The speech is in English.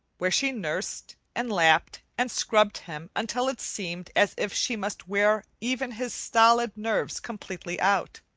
where she nursed, and lapped, and scrubbed him until it seemed as if she must wear even his stolid nerves completely out.